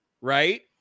right